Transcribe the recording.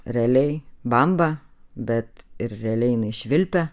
realiai bamba bet ir realiai jinai švilpia